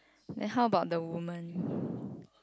and how about the woman